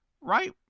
Right